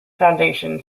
foundation